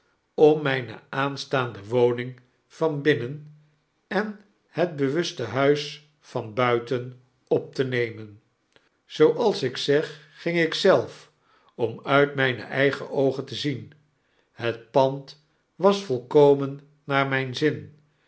om myne aanstaande woning van binnen en het bewuste huis van buiten op te nemen zooals ik zeg ging ik zelf om uit myne eigen oogen te zien het pand was volkomen naar myn zin